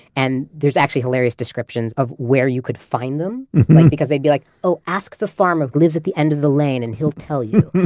and there's actually hilarious descriptions of where you could find them because they'd be like, oh, ask the farmer who lives at the end of the lane, and he'll tell you.